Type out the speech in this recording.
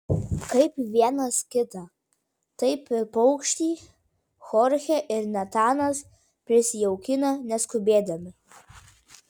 kaip vienas kitą taip ir paukštį chorchė ir natanas prisijaukina neskubėdami